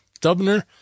Dubner